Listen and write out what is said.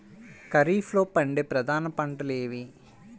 ఖరీఫ్లో పండే ప్రధాన పంటలు ఏవి?